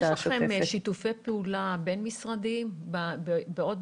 יש לכם שיתופי פעולה בין-משרדיים בעוד